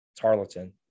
Tarleton